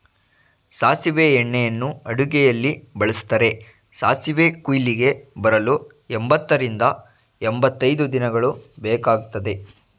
ಸಾಸಿವೆ ಎಣ್ಣೆಯನ್ನು ಅಡುಗೆಯಲ್ಲಿ ಬಳ್ಸತ್ತರೆ, ಸಾಸಿವೆ ಕುಯ್ಲಿಗೆ ಬರಲು ಎಂಬತ್ತರಿಂದ ಎಂಬತೈದು ದಿನಗಳು ಬೇಕಗ್ತದೆ